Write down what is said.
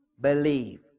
believe